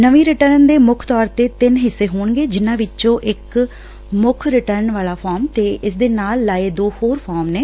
ਨਵੀਂ ਰਿਟਰਨ ਦੇ ਮੁੱਖ ਤੌਰ ਤੇ ਤਿੰਨ ਹਿੱਸੇ ਹੋਣਗੇ ਜਿੰਨਾ ਚੋ ਇਕ ਮੁੱਖ ਰਿਟਰਨ ਵਾਲਾ ਫਾਰਮ ਤੇ ਇਸ ਨਾਲ ਲਾਏ ਦੋ ਹੋਰ ਫਾਰਮ ਨੇ